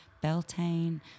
Beltane